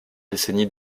décennies